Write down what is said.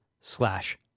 slash